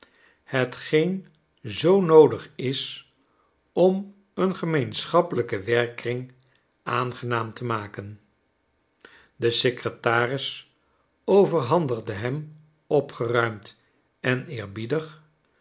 hetgeen zoo noodig is om een gemeenschappelijken werkkring aangenaam te maken de secretaris overhandigde hem opgeruimd en eerbiedig